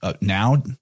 now